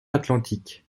atlantique